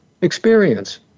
experience